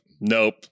nope